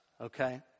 Okay